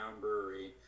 brewery